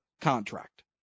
contract